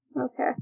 Okay